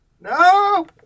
No